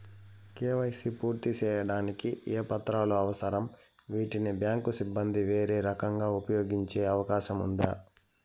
KYC పూర్తి సేయడానికి ఏ పత్రాలు అవసరం, వీటిని బ్యాంకు సిబ్బంది వేరే రకంగా ఉపయోగించే అవకాశం ఉందా?